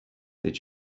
did